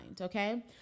Okay